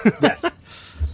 Yes